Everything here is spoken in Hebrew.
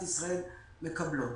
במאמץ